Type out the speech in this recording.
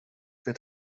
wird